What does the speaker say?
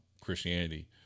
Christianity